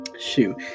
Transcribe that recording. Shoot